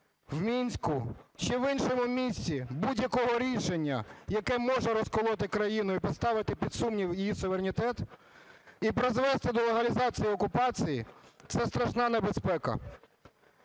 в Мінську чи в іншому місці будь-якого рішення, яке може розколоти країну і поставити під сумнів її суверенітет, і призвести до легалізації окупації, – це страшна небезпека.